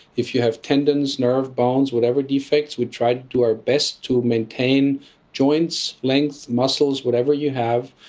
if you have tendons, nerves, bones, whatever defects, we try to do our best to maintain joints, length, muscles, whatever you have,